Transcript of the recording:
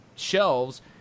shelves